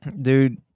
Dude